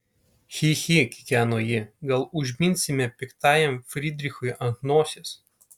chi chi kikeno ji gal užminsime piktajam frydrichui ant nosies